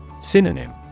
Synonym